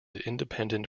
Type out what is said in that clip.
independent